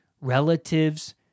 relatives